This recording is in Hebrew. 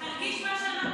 אתה מבין?